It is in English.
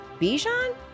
Bijan